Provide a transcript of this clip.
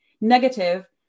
negative